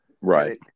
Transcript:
Right